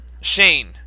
Shane